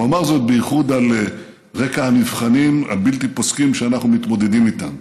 הוא אמר זאת בייחוד על רקע המבחנים הבלתי-פוסקים שאנחנו מתמודדים איתם.